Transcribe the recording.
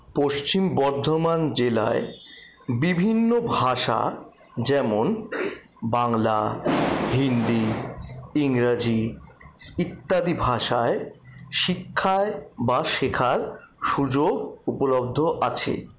পশ্চিম বর্ধমান জেলায় বিভিন্ন ভাষা যেমন বাংলা হিন্দি ইংরাজি ইত্যাদি ভাষায় শিক্ষায় বা শেখার সুযোগ উপলব্ধ আছে